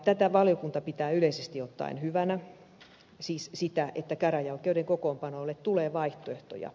tätä valiokunta pitää yleisesti ottaen hyvänä siis sitä että käräjäoikeuden kokoonpanolle tulee vaihtoehtoja